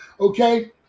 okay